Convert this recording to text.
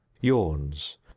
yawns